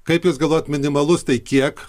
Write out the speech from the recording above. kaip jūs galvojat minimalus tai kiek